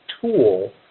tool